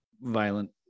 violent